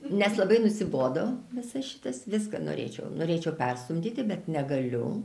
nes labai nusibodo visas šitas viską norėčiau norėčiau perstumdyti bet negaliu